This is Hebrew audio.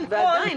גברתי,